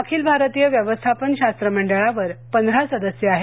अखिल भारतीय व्यवस्थापन शास्त्र मंडळावर पंधरा सदस्य आहेत